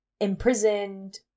imprisoned